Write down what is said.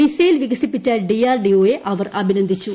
missile വികസിപ്പിച്ച ഡിആർഡിഒയെ അവർ അഭിനന്ദിച്ചു